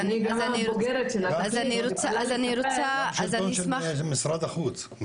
וגם צוערים לשלטון ושל משרד החוץ.